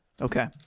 okay